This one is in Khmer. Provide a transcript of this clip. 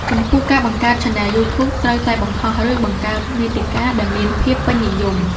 ចំពោះ ការបង្កើតឆានែលយូធូបត្រូវតែបង្ហោះ ឬបង្កើតមាតិកាដែលមានភាពពេញនិយម។